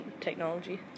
technology